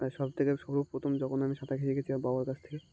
আর সব থেকে শুরু প্রথম যখন আমি সাঁতার কাটতে শিখেছি আমার বাবার কাছ থেকে